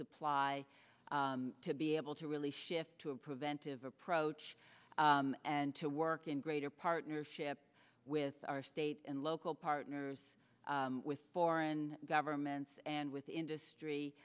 supply to be able to really shift to a preventive approach and to work in greater partnership with our state and local partners with foreign governments and with industry